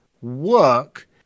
work